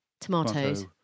tomatoes